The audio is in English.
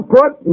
put